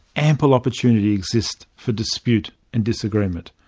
ample opportunity exists for dispute and disagreement.